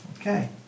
Okay